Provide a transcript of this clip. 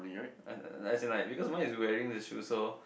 as in like because my is wearing the shoes so